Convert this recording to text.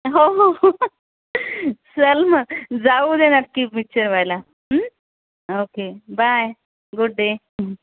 हो हो चल मग जाऊ उद्या नक्की पिक्चर पहायला ओके बाय गुड डे